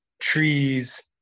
trees